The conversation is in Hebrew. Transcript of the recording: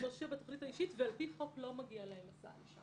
מופיע בתכנית האישית ועל פי חוק לא מגיעה להם הסעה לשם.